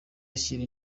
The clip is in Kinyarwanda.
ashyira